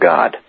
God